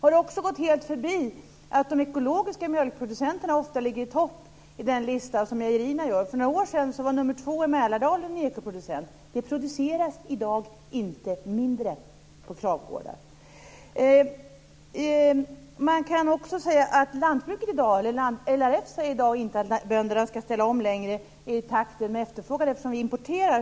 Har det också gått helt förbi att de ekologiska mjölkproducenterna ofta ligger i topp i den lista som mejerierna sätter ihop? För några år sedan var nr 2 på listan i Mälardalen ekoproducent. Det produceras i dag inte mindre på Kravgårdar! LRF säger inte i dag att bönderna ska ställa om i takt med efterfrågan. Det beror på att vi importerar.